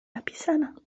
napisana